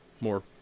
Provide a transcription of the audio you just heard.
more